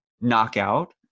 knockout